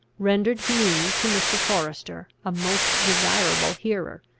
rendered me to mr. forester a most desirable hearer.